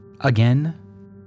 Again